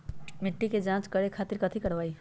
मिट्टी के जाँच करे खातिर कैथी करवाई?